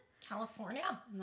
California